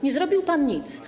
Nie zrobił pan nic.